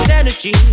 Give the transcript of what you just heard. energy